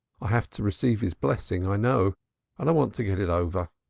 i have to receive his blessing, i know, and i want to get it over.